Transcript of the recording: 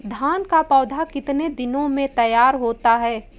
धान का पौधा कितने दिनों में तैयार होता है?